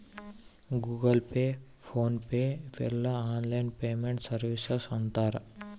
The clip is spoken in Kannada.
ಗೂಗಲ್ ಪೇ ಫೋನ್ ಪೇ ಇವೆಲ್ಲ ಆನ್ಲೈನ್ ಪೇಮೆಂಟ್ ಸರ್ವೀಸಸ್ ಅಂತರ್